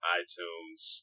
iTunes